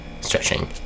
stretching